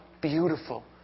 beautiful